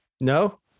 No